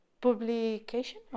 publication